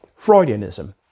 Freudianism